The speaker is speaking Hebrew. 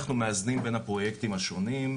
כולל פרישה של סנסורים מגוונים,